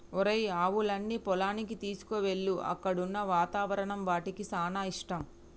ఒరేయ్ ఆవులన్నీ పొలానికి తీసుకువెళ్ళు అక్కడున్న వాతావరణం వాటికి సానా ఇష్టం